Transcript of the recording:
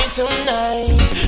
tonight